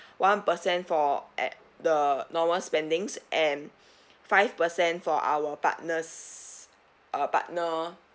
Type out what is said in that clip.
one percent for at the normal spending and five percent for our partners our partner